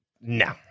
No